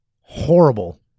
Horrible